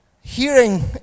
Hearing